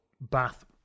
Bath